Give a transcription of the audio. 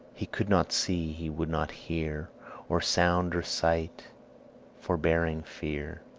he could not see, he would not hear or sound or sight foreboding fear.